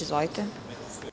Izvolite.